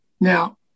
Now